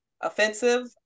offensive